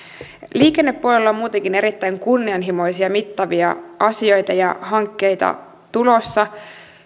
liikennepuolella on muutenkin erittäin kunnianhimoisia ja mittavia asioita ja hankkeita tulossa